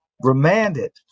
remanded